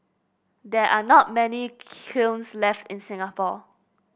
there are not many kilns left in Singapore